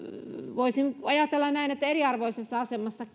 voisin ajatella näin eriarvoisessakin asemassa